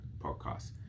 podcast